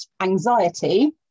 anxiety